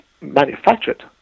manufactured